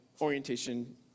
orientation